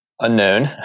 unknown